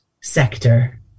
sector